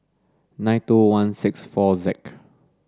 nine two one six four Z